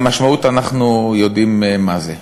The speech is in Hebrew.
והמשמעות אנחנו יודעים מה זה.